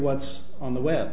what's on the web